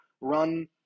run